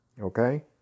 okay